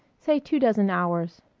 say two dozen hours.